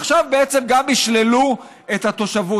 עכשיו בעצם גם ישללו את התושבות.